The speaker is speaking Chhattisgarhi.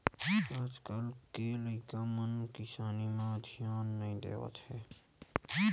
आज कल के लइका मन किसानी म धियान नइ देवत हे